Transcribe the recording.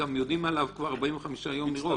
גם יודעים עליו כבר 45 יום מראש.